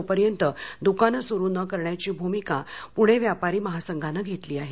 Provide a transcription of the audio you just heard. तोपर्यंत दुकानं सुरू न करण्याची भूमिका पुणे व्यापारी महासंघाने घेतली आहे